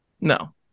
no